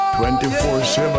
24-7